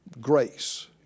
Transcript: Grace